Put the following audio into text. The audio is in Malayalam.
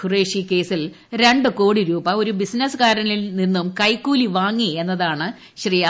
ഖുറേഷി കേസിൽ രണ്ടു കോടി രൂപ ഒരു ബിസിനസ്സുകാരനിൽ നിന്നും കൈക്കൂലി വാങ്ങി എന്നതാണ്